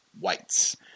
whites